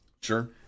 Sure